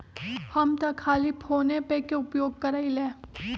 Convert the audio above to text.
हम तऽ खाली फोनेपे के उपयोग करइले